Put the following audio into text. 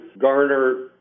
garner